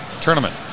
tournament